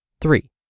Three